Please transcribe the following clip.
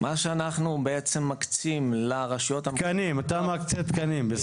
מה שאנחנו בעצם מקצים לרשויות המקומיות --- תקנים,